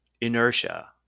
inertia